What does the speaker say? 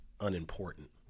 unimportant